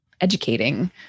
educating